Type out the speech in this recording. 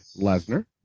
lesnar